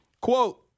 Quote